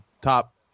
top